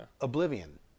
Oblivion